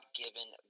given